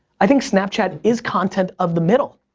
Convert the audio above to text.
i think snapchat is content of the middle.